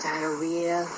Diarrhea